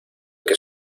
que